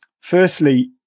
firstly